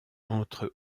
entre